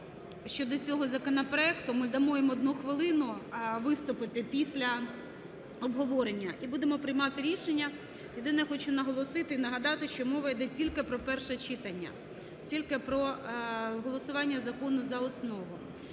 щодо цього законопроекту, ми дамо йому одну хвилину виступити після обговорення і будемо приймати рішення. Єдине, хочу наголосити і нагадати, що мова йде тільки про перше читання, тільки про голосування закону за основу.